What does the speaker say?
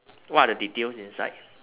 what are the details inside